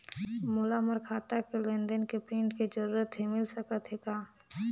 मोला मोर खाता के लेन देन के प्रिंट के जरूरत हे मिल सकत हे का?